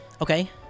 Okay